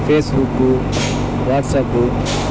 Facebook WhatsApp